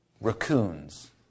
raccoons